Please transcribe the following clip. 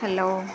hello